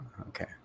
okay